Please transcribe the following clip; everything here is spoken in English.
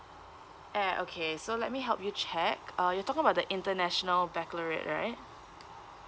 eh okay so let me help you check uh you're talking about the international baccalaureate right